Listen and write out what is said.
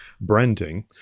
branding